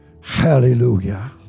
hallelujah